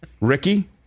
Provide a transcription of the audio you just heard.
Ricky